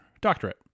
doctorate